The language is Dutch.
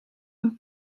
een